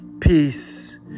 peace